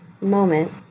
moment